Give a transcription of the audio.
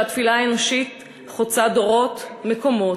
שהתפילה האנושית חוצה דורות, מקומות,